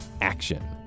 action